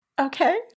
Okay